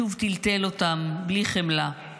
שוב טלטל אותם בלי חמלה.